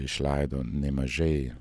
išleido nemažai